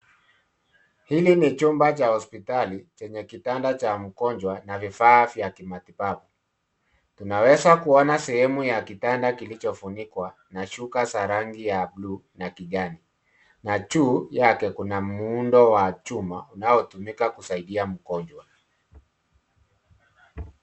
Hili ni chumba za hospitali chenye kitanda cha mgonjwa na vifaa vya kimatibabu. Tunaweza kuona sehemu ya kitanda kilichofunikwa na shuka sa rangi ya blue na kijani. Na juu yake kuna muundo wa chuma unaotumika kusaidia mgonjwa.